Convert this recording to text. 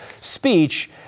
speech